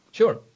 Sure